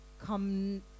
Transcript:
come